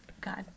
God